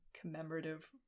commemorative